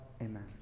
Amen